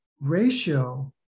ratio